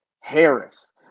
Harris